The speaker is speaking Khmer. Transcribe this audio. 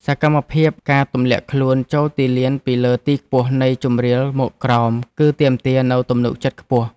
សកម្មភាព ការទម្លាក់ខ្លួនចូលទីលានពីលើទីខ្ពស់នៃជម្រាលមកក្រោម គឺទាមទារនូវទំនុកចិត្តខ្ពស់។